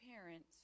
parents